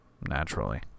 naturally